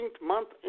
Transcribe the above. month